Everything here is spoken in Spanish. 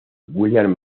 william